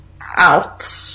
out